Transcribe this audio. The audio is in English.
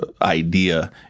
idea